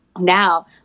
Now